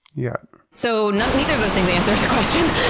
yeah so neither of those things answer the question,